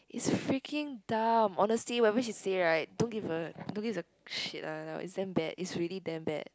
it's freaking dumb honestly whatever she say right don't give a don't give a shit lah it's damn bad it's really damn bad